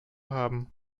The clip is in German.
haben